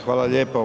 Hvala lijepo.